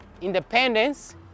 independence